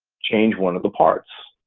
change one of the parts.